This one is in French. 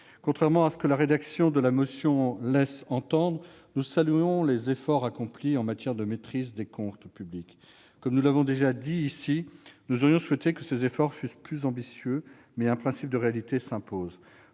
À rebours de ce que la rédaction de la motion laisse entendre, nous saluons les efforts accomplis en matière de maîtrise des comptes publics. Comme nous l'avons déjà dit ici même, nous aurions souhaité que ces efforts fussent plus ambitieux ; mais un principe de réalité s'impose.